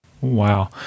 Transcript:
Wow